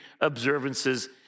observances